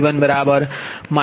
4286 છે